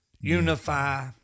Unify